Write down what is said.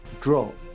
drop